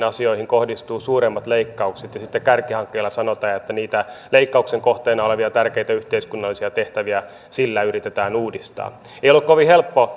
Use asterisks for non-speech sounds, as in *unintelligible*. *unintelligible* asioihin kohdistuu suuremmat leikkaukset ja sitten sanotaan että niitä leikkauksen kohteena olevia tärkeitä yhteiskunnallisia tehtäviä yritetään kärkihankkeilla uudistaa ei ollut kovin helppoa *unintelligible*